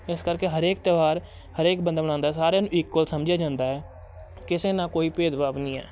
ਇਸ ਕਰਕੇ ਹਰੇਕ ਤਿਉਹਾਰ ਹਰੇਕ ਬੰਦਾ ਮਨਾਉਂਦਾ ਸਾਰਿਆਂ ਨੂੰ ਇਕੁਅਲ ਸਮਝਿਆ ਜਾਂਦਾ ਹੈ ਕਿਸੇ ਨਾਲ ਕੋਈ ਭੇਦਭਾਵ ਨਹੀਂ ਹੈ